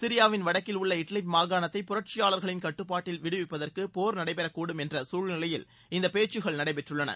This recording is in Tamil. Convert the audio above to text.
சிரியாவின் வடக்கில் உள்ள இட்லிப் மாகாணத்தை புரட்சியாளர்களின் கட்டுப்பாட்டில் விடுப்விப்பதற்கு போர் நடைபெற கூடும் என்ற சூழ்நிலையில் இந்த பேச்சுகள் நடைபெற்றுள்ளன